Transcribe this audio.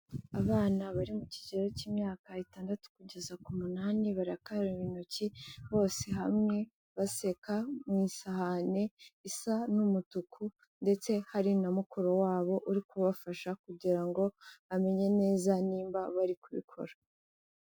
Abana bari mu kigero cy'imyaka itandatu kugeza ku munani, barakaraba intoki bose hamwe baseka, mu isahani isa n'umutuku, ndetse hari na mukuru wabo uri kubafasha kugira ngo amenye neza nimba bari kubikora.